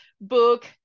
book